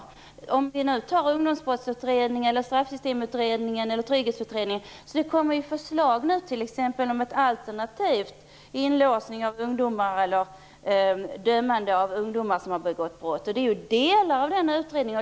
I fråga om t.ex. Ungdomsbrottsutredningen, Straffsystemutredningen eller Trygghetsutredningen kommer det t.ex. nu förslag om ett alternativ med inlåsning av ungdomar eller dömande av ungdomar som har begått brott. Det är ju delar av utredningarna.